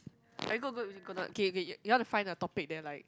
are you go go gonna K K you wanna find a topic that like